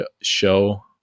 show